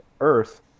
Earth